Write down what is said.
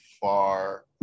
far